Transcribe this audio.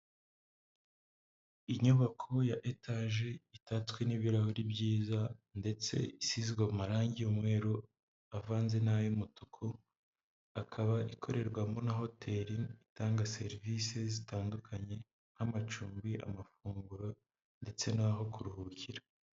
Inyubako ya etaje, itatswe n'ibirahuri byiza ndetse isizwe amarangi, umweru avanze n'uy'umutuku, akaba ikorerwamo na hoteli itanga serivisi zitandukanye, nk'amacumbi amafunguro ndetse n'aho kuruhukira.